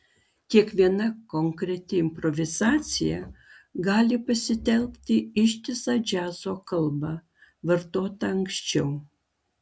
kiekviena konkreti improvizacija gali pasitelkti ištisą džiazo kalbą vartotą anksčiau